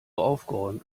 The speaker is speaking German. aufgeräumt